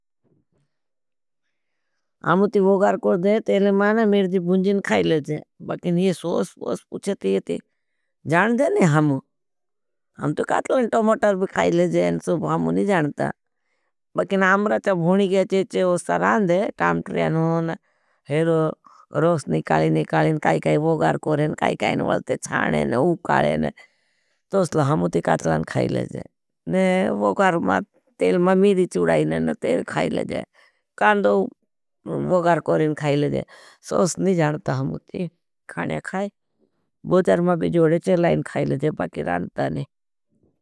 अमुति वोगार कोर दे, तेल माना मेर्जी भुञ्जीन खाईलेजे। बकिन ये सोस पूस पुछेती ये ते, जान जानी हम। हम तो कातलान टोमाटर भी खाईलेजे, अन सुभ हमु नी जानता। बकिन हमरा चाब हुणी गेचेचे वो सरान दे, टाम्टरिया नोन हेरो रोस निकाली निकाली न काई काई वोगार कोरें, काई काई न वलते चाणें न उकालें न। तोसल हमु ती कातलान खाईलेजे। न वोगार मा तेल मा मेरी चुडाईन न तेल खाईलेजे। कांदो वोगार कोरें खाईलेजे। सोस नहीं जानता हमु ती काणया खाई, वोगार मा बे जोड़ेचे लाइन खाईलेजे, पाकी रानता नहीं।